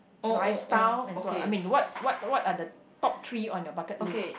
lifestyle and so I mean what what what are the top three on your bucket list